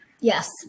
Yes